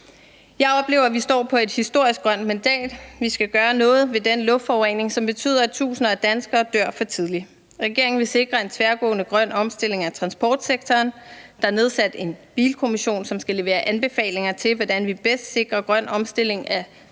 Jeg oplever, at vi står på et historisk grønt mandat. Vi skal gøre noget ved den luftforurening, som betyder, at tusinder af danskere dør for tidligt. Regeringen vil sikre en tværgående grøn omstilling af transportsektoren. Der er nedsat en bilkommission, som skal levere anbefalinger til, hvordan vi bedst sikrer en grøn omstilling af personbilparken,